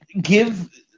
give –